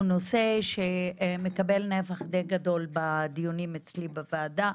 נושא שמקבל נפח די גדול בדיונים אצלי בוועדה.